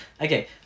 Okay